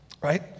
Right